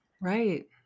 Right